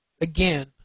Again